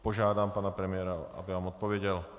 Požádám pana premiéra, aby nám odpověděl.